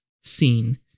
seen